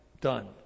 Done